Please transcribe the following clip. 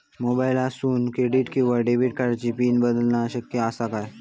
मोबाईलातसून क्रेडिट किवा डेबिट कार्डची पिन बदलना शक्य आसा काय?